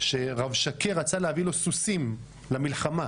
שרבשקה רצה להביא לו סוסים למלחמה,